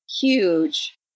huge